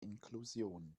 inklusion